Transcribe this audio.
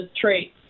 traits